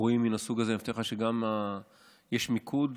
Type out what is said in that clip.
אירועים מן הסוג הזה, יש מיקוד.